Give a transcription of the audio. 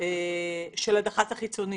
של הדח"צ החיצוני